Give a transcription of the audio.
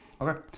Okay